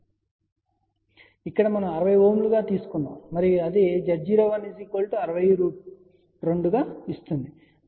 కాబట్టి ఇక్కడ మనం 60 Ω గా తీసుకున్నాము మరియు అది Z01 60√2 ను ఇస్తుంది మరియు అది సుమారు 84Ω కు సమానంగా ఉంటుంది